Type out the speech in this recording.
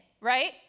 right